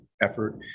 effort